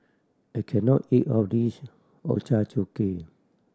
I can not eat all of this Ochazuke